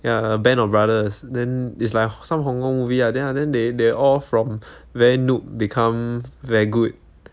ya band of brothers then is like some Hong-Kong movie ah then ya they they all from very noob become very good